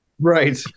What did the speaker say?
Right